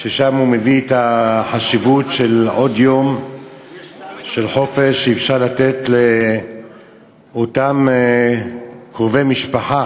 הוא מביא את החשיבות של עוד יום של חופש שאפשר לתת לאותם קרובי משפחה,